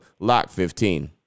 LOCK15